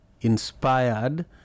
inspired